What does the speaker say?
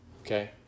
Okay